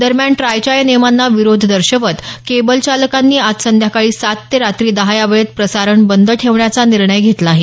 दरम्यान ट्रायच्या या नियमांना विरोध दर्शवत केबल चालकानी आज संध्याकाळी सात ते रात्री दहा या वेळेत प्रसारण बंद ठेवण्याचा निर्णय घेतला आहे